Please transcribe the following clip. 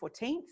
14th